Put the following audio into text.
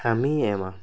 ᱠᱟᱹᱢᱤᱭ ᱮᱢᱟ